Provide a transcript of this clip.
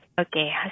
Okay